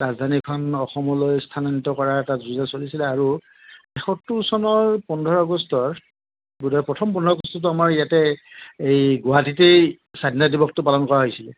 ৰাজধানীখন অসমলৈ স্থানান্তৰ কৰাৰ এটা যো জা চলিছিলে আৰু এসত্তৰ চনৰ পোন্ধৰ আগষ্টৰ বোধহয় প্ৰথম পোন্ধৰ আগষ্টটো আমাৰ ইয়াতে এই গুৱাহাটীতেই স্বাধীনতা দিৱসটো পালন কৰা হৈছিলে